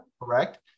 Correct